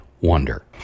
wonder